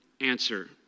answer